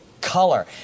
color